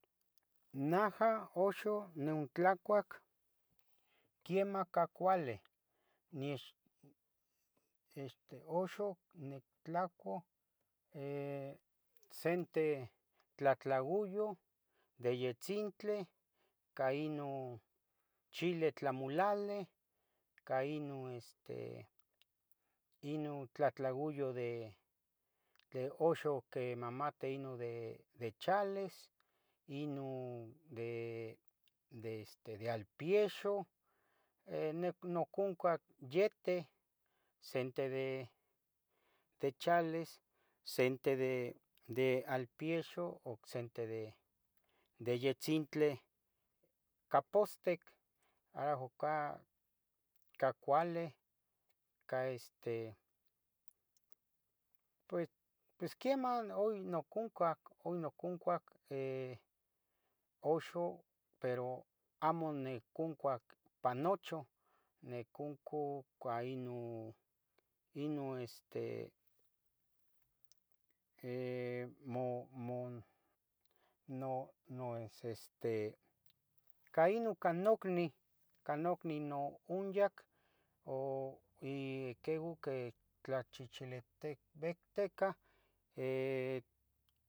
Naha uxa niontlacuac quiemahca cuali, nix exte, uxa nietlacuah, eh, sente tlahtlauyoh de yetzintli cah ino chile tlamilaleh, cah ino este, ino tlahtlauyo de uxa que mamate ino de, de chales, ino de, de este de alpiexu, neh nocuncuah yeteh, sente de, de chales, sente de, de alpiexu, ocsente de, de yetzintli capotztic, ahocah cah cuali, cah este, pues, pos quiemah, hoy noconcuah, hoy noconcuah eh, uxa pero, amo niconcuah pa nuchu, noconcuah cah ino, ino este mo- mo, no- no, es este, cah ino cah nocniu, cah nocniu noonyac o iqueo que tlachichilibicticah